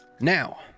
now